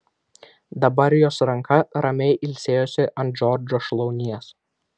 dabar jos ranka ramiai ilsėjosi ant džordžo šlaunies